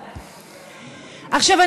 עכשיו,